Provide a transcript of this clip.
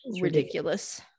Ridiculous